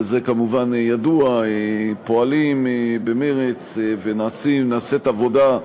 וזה כמובן ידוע, פועלים במרץ ונעשית עבודה,